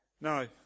no